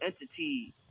entity